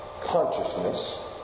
consciousness